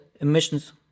emissions